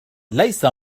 ليس